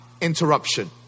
interruption